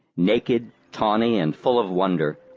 naked, tawny, and full of wonder,